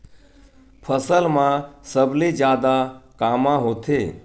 फसल मा सबले जादा कामा होथे?